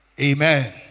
Amen